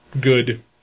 Good